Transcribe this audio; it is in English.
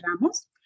Ramos